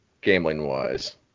gambling-wise